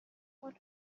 what